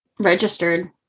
Registered